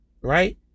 right